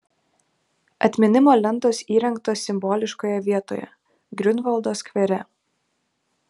atminimo lentos įrengtos simboliškoje vietoje griunvaldo skvere